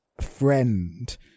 friend